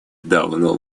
давно